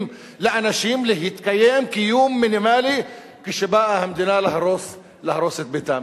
לאנשים להתקיים קיום מינימלי כשבאה המדינה להרוס את ביתם,